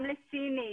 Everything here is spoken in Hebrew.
גם לסינית,